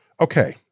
okay